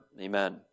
Amen